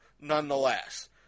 nonetheless